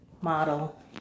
model